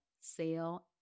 sale